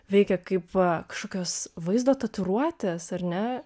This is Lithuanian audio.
veikia kaip kažkokios vaizdo tatuiruotės ar ne